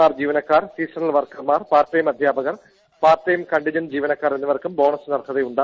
R ജീവനക്കാർ seasonal വർക്കർമാർ part time അധ്യാപകർ പാർട്ട്ടൈം കണ്ടിജന്റ് ജീവനക്കാർ എന്നിവർക്കും ബോണസിന് അർഹതയുണ്ട്